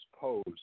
pose